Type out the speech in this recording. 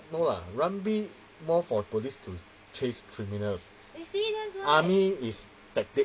no lah rugby more for police to chase criminals army is tactic